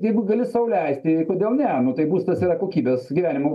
jeigu gerai bet jeigu kiek dirbu gali sau leisti kodėl ne nu tai būstas yra kokybės gyvenimu be